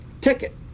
ticket